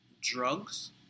drugs